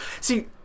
See